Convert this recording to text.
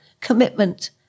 commitment